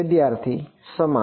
વિદ્યાર્થી સમાન